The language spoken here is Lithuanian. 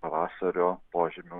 pavasario požymių